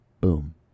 Boom